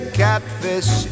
catfish